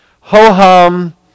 ho-hum